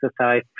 exercise